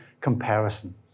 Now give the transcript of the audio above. comparison